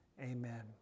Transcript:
Amen